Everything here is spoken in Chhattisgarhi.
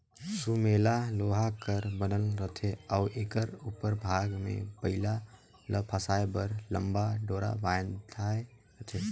सुमेला लोहा कर बनल रहथे अउ एकर उपर भाग मे बइला ल फसाए बर लम्मा डोरा बंधाए रहथे